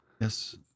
yes